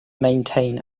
maintain